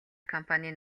компанийн